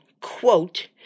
quote